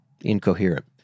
Incoherent